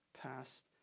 past